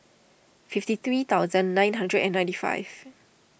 fifty three thousand nine hundred and ninety five